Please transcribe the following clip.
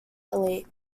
elite